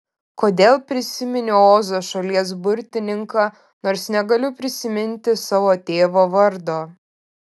kodėl prisiminiau ozo šalies burtininką nors negaliu prisiminti savo tėvo vardo